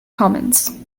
commons